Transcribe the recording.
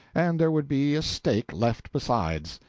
and there would be a stake left besides.